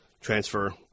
transfer